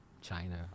China